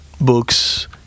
books